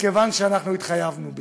מכיוון שאנחנו התחייבנו בזה,